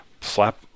slap